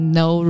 no